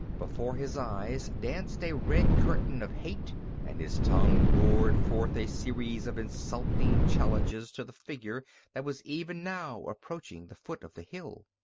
before his eyes danced a red curtain of hate and his tongue roared forth a series of insulting challenges to the figure that was even now approaching the foot of the hill.